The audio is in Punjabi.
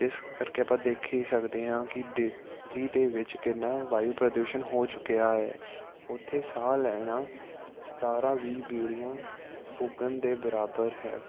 ਜਿਸ ਕਰਕੇ ਆਪਾਂ ਦੇਖ ਹੀ ਸਕਦੇ ਹਾਂ ਕਿ ਦਿੱਲੀ ਦੇ ਵਿੱਚ ਕਿੰਨਾ ਵਾਯੂ ਪ੍ਰਦੂਸ਼ਣ ਹੋ ਚੁੱਕਿਆ ਹੈ ਉੱਥੇ ਸਾਹ ਲੈਣਾ ਸਤਾਰਾਂ ਵੀਹ ਬੀੜੀਆਂ ਫੂਕਣ ਦੇ ਬਰਾਬਰ ਹੈ